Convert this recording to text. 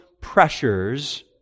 pressures